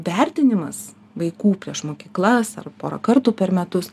vertinimas vaikų prieš mokyklas ar porą kartų per metus